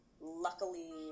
luckily